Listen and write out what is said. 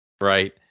right